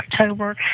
October